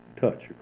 touch